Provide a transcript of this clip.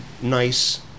nice